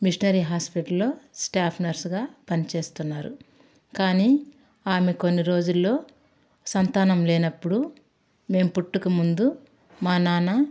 machinery హాస్పిటల్లో staff నర్సుగా పని చేస్తున్నారు కాని ఆమె కొన్ని రోజులు సంతానం లేనప్పుడు మేం పుట్టకముందు మా నాన్న